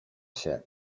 się